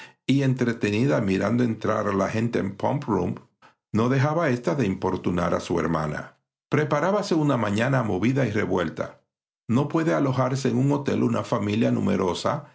y entretenida mirando entrar la gente en pump room no dejaba ésta de importunar a su hermana preparábase una mañana movida y revuelta no puede alojarse en un hotel una familia numerosa